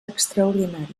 extraordinàries